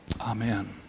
Amen